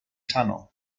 tunnel